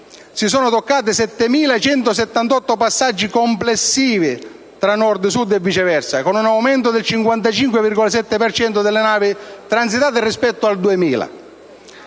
si sono toccati i 7.178 passaggi complessivi (nord-sud e viceversa), con un aumento del 55,7 per cento delle navi transitate rispetto al 2000